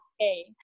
okay